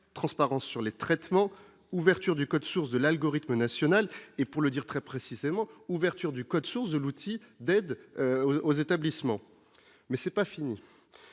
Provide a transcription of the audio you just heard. transparence sur les traitements, ouverture du code source de l'algorithme national et pour le dire très précisément, ouverture du code source de l'outil d'aide aux établissements, mais c'est pas fini,